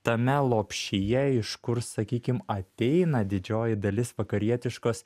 tame lopšyje iš kur sakykim ateina didžioji dalis vakarietiškos